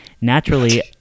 Naturally